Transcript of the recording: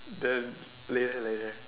the later later